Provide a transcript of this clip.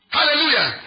Hallelujah